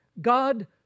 God